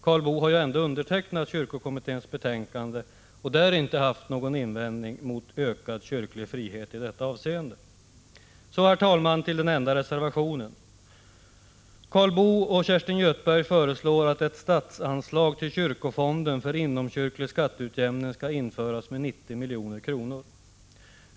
Karl Boo har ju ändå undertecknat kyrkokommitténs betänkande och där inte haft någon invändning mot ökad kyrklig frihet i detta avseende. Så, herr talman, till den enda reservationen. med 90 milj.kr. för inomkyrklig skatteutjämning skall införas.